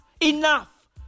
Enough